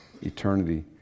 eternity